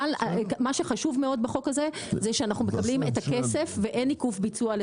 מה שחשוב מאוד בחוק זה שאנחנו מקבלים את הכסף ואין עיכוב ביצוע.